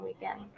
weekend